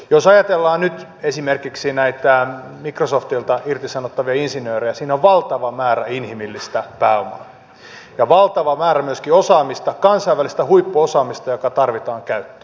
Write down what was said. jos ajatellaan nyt esimerkiksi näitä microsoftilta irtisanottavia insinöörejä siinä on valtava määrä inhimillistä pääomaa ja valtava määrä myöskin osaamista kansainvälistä huippuosaamista joka tarvitaan käyttöön